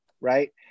right